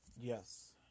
Yes